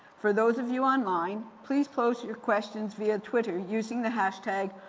for those of you online, please pose your questions via twitter using the hashtag.